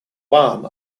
juan